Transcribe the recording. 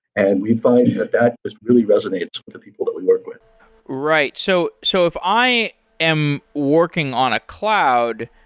and we find that that is really resonates with the people that we work with right. so so if i am working on a cloud,